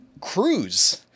Cruise